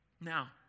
Now